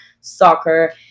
soccer